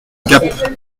gap